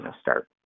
start